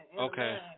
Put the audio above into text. Okay